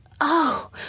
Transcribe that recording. Oh